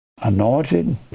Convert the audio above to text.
anointed